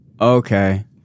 Okay